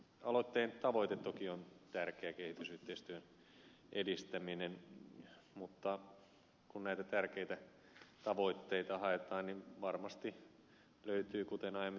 aloitteen tavoite toki on tärkeä kehitysyhteistyön edistäminen mutta kun näitä tärkeitä tavoitteita haetaan niin varmasti niitä löytyy kuten aina